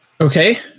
Okay